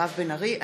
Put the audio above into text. מירב בן ארי,